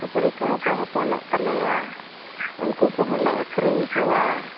ᱥᱩᱠᱨᱤ ᱠᱚᱦᱚᱸ ᱠᱚ ᱦᱚᱯᱚᱱᱚᱜ ᱛᱟᱞᱮᱭᱟ ᱩᱱᱠᱩ ᱠᱚᱦᱚᱸᱞᱮ ᱟᱹᱠᱷᱨᱤᱧ ᱠᱚᱣᱟ